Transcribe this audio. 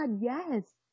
yes